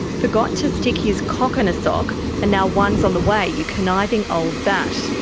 forgot to stick his cock in a sock and now one's on the way, you conniving old bat.